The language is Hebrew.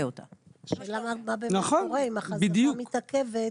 השאלה מה קורה אם החזקה מתעכבת?